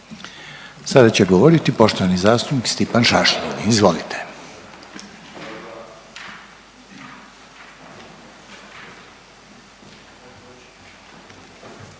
Sada će govoriti poštovani zastupnik Stipan Šašlin. Izvolite.